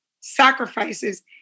sacrifices